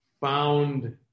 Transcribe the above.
found